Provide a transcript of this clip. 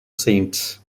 saints